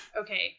okay